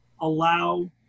allow